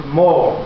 more